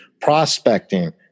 Prospecting